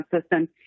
system